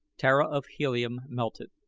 tara of helium melted.